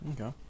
okay